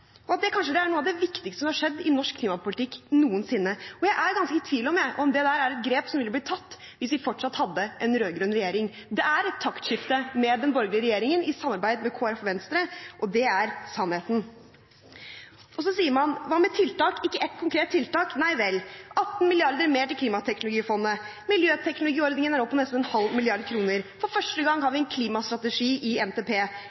og at det kanskje er noe av det viktigste som har skjedd i norsk klimapolitikk noensinne. Jeg er ganske i tvil om det er et grep som ville blitt tatt hvis vi fortsatt hadde en rød-grønn regjering. Det er et taktskifte med den borgerlige regjeringen, i samarbeid med Kristelig Folkeparti og Venstre, og det er sannheten. Så sier man: Hva med tiltak – ikke ett konkret tiltak. Nei vel – 18 mrd. kr mer til klimateknologifondet, miljøteknologiordningen er nå på nesten en halv milliard kroner, for første gang har vi en klimastrategi i NTP,